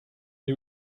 you